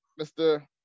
Mr